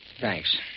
Thanks